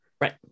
Right